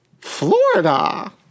florida